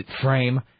frame